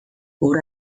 hura